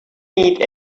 need